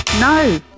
No